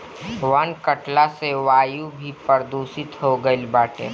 वन कटला से वायु भी प्रदूषित हो गईल बाटे